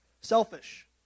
selfish